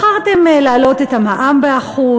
בחרתם להעלות את המע"מ ב-1%,